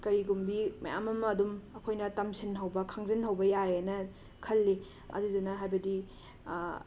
ꯀꯔꯤꯒꯨꯝꯕꯤ ꯃꯌꯥꯝ ꯑꯃ ꯑꯗꯨꯝ ꯑꯩꯈꯣꯏꯅ ꯇꯝꯁꯤꯟꯍꯧꯕ ꯈꯪꯖꯤꯟꯍꯧꯕ ꯌꯥꯏꯌꯦꯅ ꯈꯜꯂꯤ ꯑꯗꯨꯗꯨꯅ ꯍꯥꯏꯕꯗꯤ